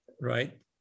right